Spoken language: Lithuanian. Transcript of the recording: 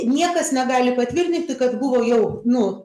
niekas negali patvirtinti kad buvo jau nu